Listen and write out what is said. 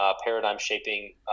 paradigm-shaping